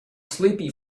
sleepy